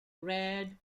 read